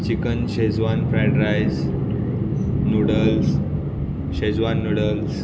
chicken schezwan fried rice noodles schezwan noodles